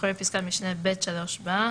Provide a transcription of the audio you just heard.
אחרי פסקת משנה (ב3) בא: